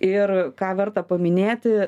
ir ką verta paminėti